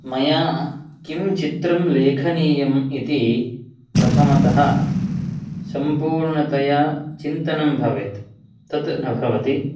मया किं चित्रं लेखनीयम् इति प्रथमतः संपूर्णतया चिन्तनं भवेत् तत् न भवति